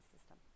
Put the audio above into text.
system